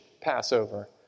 Passover